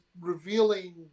revealing